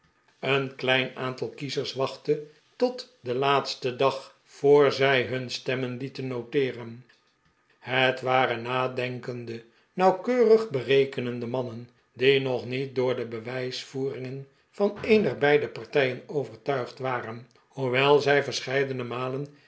een klein aantal kiezers wachtte tot den laatsten dag voor zij hun stemmen lieten noteeren het waren nadenkende nauwkeurig berekenende mannen die nog niet door de bewijsyoeringen van een der beide partijen overtuigd waren hoewel zij verscheidene malen